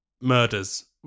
murders